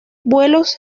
vuelos